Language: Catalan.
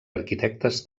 arquitectes